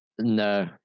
No